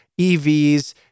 EVs